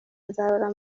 nzarora